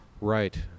Right